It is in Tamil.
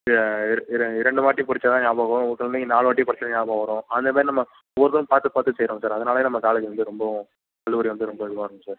இரண்டு வாட்டி படித்தா தான் ஞாபகம் ஒரு குழந்தைக்கு நாலுவாட்டி படித்தா ஞாபகம் வரும் அதேமாரி நம்ம ஒவ்வொருத்தங்களுக்கும் பார்த்து பார்த்து செய்யிறோங்க சார் அதனாலேயே நம்ம காலேஜ் வந்து ரொம்ப கல்லூரி வந்து ரொம்ப இதுவாயிருக்கும் சார்